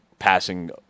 passing